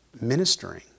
Ministering